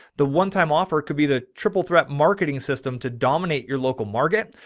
the onetime offer could be the. triple threat marketing system to dominate your local market.